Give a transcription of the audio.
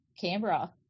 Canberra